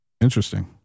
Interesting